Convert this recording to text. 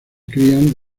crían